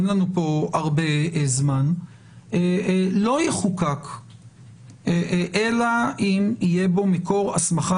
אין לנו כאן הרבה זמן - לא יחוקק אלא אם יהיה בו מקור הסמכה